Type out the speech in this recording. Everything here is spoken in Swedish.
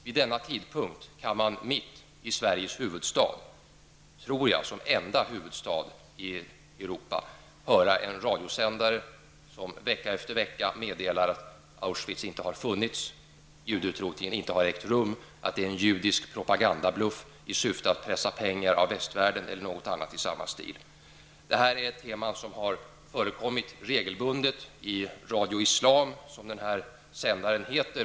Vid denna tidpunkt kan man mitt i Sveriges huvudstad, som enda huvudstad i Europa, tror jag, höra en radiosändare som vecka efter vecka meddelar att Auschwitz inte har funnits, judeutrotningen inte har ägt rum och att det är en judisk propagandabluff i syfte att pressa pengar av västvärlden eller annat i samma stil. Det är teman som har förekommit regelbundet i Radio Islam, som denna sändare heter.